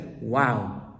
wow